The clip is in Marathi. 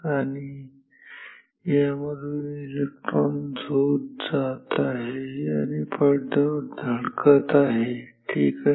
आणि यामधून इलेक्ट्रॉन झोत जात आहे आणि पडद्यावर धडकत आहे ठीक आहे